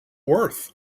worth